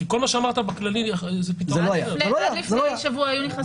כי כל מה שאמרת בכללי --- עד לפני שבוע היו נכנסים.